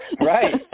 Right